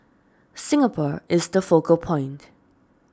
Singapore is the focal point